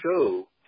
show